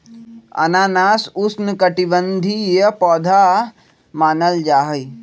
अनानास उष्णकटिबंधीय पौधा मानल जाहई